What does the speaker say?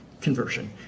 conversion